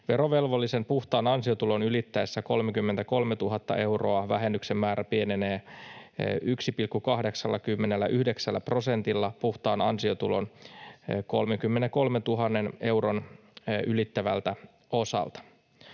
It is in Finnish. Verovelvollisen puhtaan ansiotulon ylittäessä 33 000 euroa vähennyksen määrä pienenee 1,89 prosentilla puhtaan ansiotulon 33 000 euroa ylittävältä osalta.